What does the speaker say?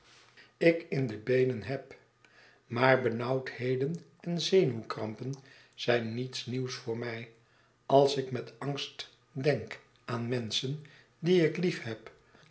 ik in de beenen heb maar benauwdheden en zenuwkrampen zijn niets nieuws voor mij als ik met angst denk aan menschen die ik liefheb